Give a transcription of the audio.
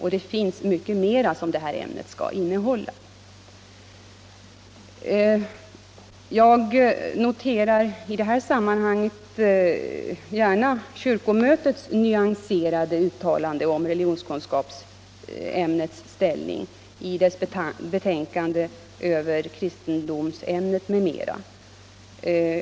Detta ämne skall innehålla mycket mera än det som här kom fram. Jag noterar i det här sammanhanget gärna kyrkomötets nyanserade uttalande om religionskunskapsämnets ställning, som gjordes i dess betänkande över kristendomsundervisningen m.m.